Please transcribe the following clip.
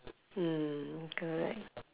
mm correct